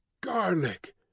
garlic